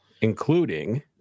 including